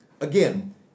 Again